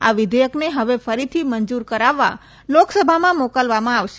આ વિધેયકને ફવે ફરીથી મંજુર કરાવવા લોકસભામાં મોકલવામાં આવશે